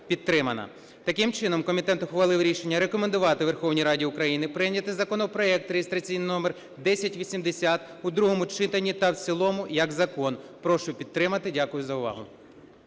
Таким чином комітет ухвалив рішення рекомендувати Верховній Раді України прийняти законопроект реєстраційний номер 1080 в другому читанні та в цілому як закон. Прошу підтримати. Дякую за увагу.